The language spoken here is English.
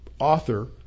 Author